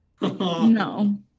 No